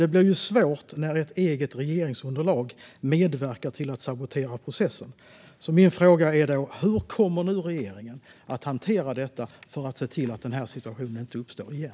Det blir dock svårt när ert eget regeringsunderlag medverkar till att sabotera processen. Min fråga är då: Hur kommer regeringen att hantera detta för att se till att den här situationen inte uppstår igen?